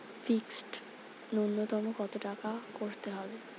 Fixed নুন্যতম কত টাকা করতে হবে?